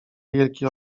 wielki